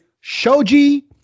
Shoji